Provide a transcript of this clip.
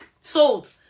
sold